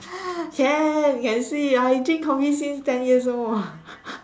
can can see I drink coffee since ten years old